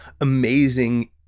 amazing